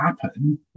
happen